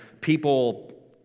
people